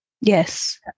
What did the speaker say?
yes